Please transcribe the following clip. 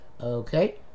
okay